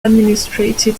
administered